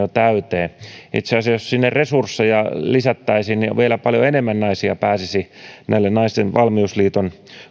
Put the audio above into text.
täyteen itse asiassa jos sinne resursseja lisättäisiin niin vielä paljon enemmän naisia pääsisi näille naisten valmiusliiton